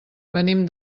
venim